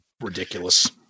Ridiculous